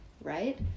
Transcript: Right